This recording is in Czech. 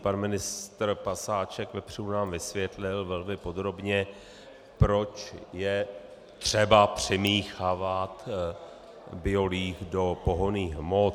Pan ministr pasáček vepřů nám vysvětlil velmi podrobně, proč je třeba přimíchávat biolíh do pohonných hmot.